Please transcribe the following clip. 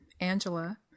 angela